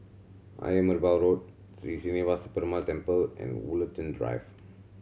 Ayer Merbau Road Sri Srinivasa Perumal Temple and Woollerton Drive